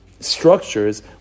Structures